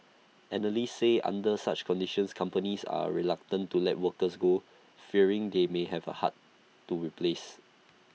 analysts say under such conditions companies are reluctant to let workers go fearing they may have for hard to replace